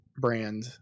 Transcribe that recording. brand